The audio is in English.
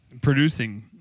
producing